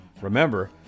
Remember